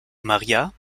maria